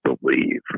believe